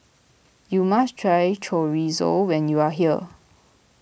you must try Chorizo when you are here